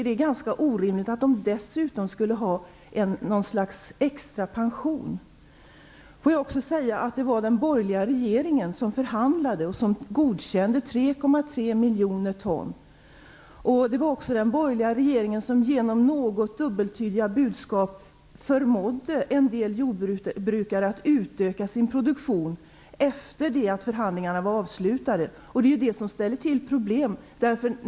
Det är ganska orimligt att de dessutom skulle få något slags extra pension. Jag vill också påpeka att det var den borgerliga regeringen som förhandlade och som godkände kvoten på 3,3 miljoner ton. Det var också den borgerliga regeringen som genom något dubbeltydiga budskap förmådde en del jordbrukare att utöka sin produktion efter det att förhandlingarna var avslutade. Det är det som ställer till problem.